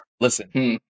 listen